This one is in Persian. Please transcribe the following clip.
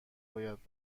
باید